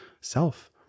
self